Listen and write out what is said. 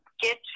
get